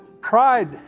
Pride